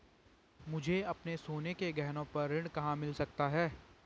मुझे अपने सोने के गहनों पर ऋण कहाँ मिल सकता है?